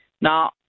Now